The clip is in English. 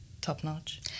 top-notch